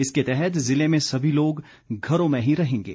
इसके तहत ज़िले में सभी लोग घरों में ही रहेंगे